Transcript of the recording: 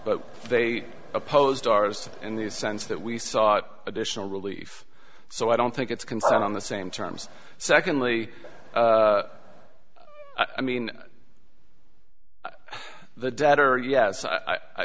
but they opposed ours in the sense that we sought additional relief so i don't think it's consent on the same terms secondly i mean the debtor yes i